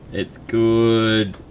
it's good,